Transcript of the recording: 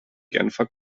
genfer